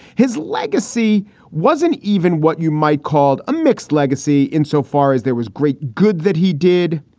his legacy wasn't even what you might call a mixed legacy in so far as there was great good that he did,